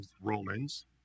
Romans